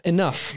Enough